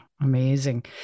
amazing